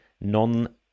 non